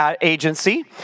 agency